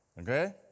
okay